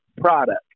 product